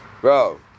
Bro